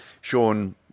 Sean